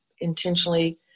intentionally